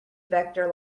vector